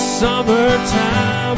summertime